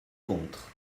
contre